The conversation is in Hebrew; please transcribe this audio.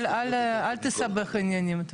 אל תסבך עניינים.